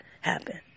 happen